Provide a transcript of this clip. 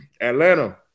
Atlanta